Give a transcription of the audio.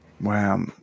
Wow